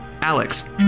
Alex